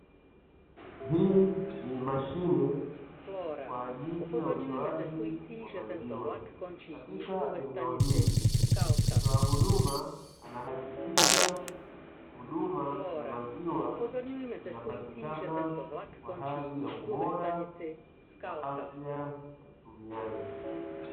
Hii ni mashine kwa ajili ya utoaji wa maziwa katika eneo hili, mtoa huduma anahakikisha huduma ya maziwa inapatikana kwa hali ya ubora na afya ya mtumiaji.